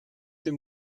dem